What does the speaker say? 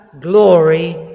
glory